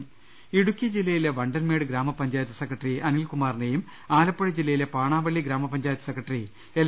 ്്്്്് ഇടുക്കി ജില്ലയിലെ വണ്ടൻമേട് ഗ്രാമപഞ്ചായത്ത് സെക്രട്ടറി അനിൽകുമാറിനെയും ആലപ്പുഴ ജില്ലയിലെ പാണാവള്ളി ഗ്രാമപ ഞ്ചായത്ത് സെക്രട്ടറി എൽ